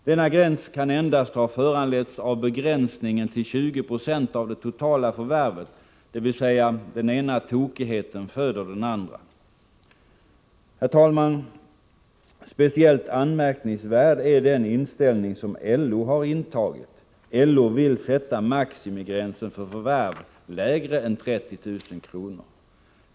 Denna gräns kan endast ha föranletts av begränsningen till 20 90 av det totala förvärvet — dvs. den ena tokigheten föder den andra. Herr talman! Speciellt anmärkningsvärd är den inställning som LO intagit. LO vill sätta maximigränsen för förvärv lägre än 30 000 kr.